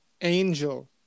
angel